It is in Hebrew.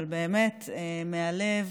אבל באמת מהלב.